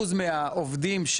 מהעובדים.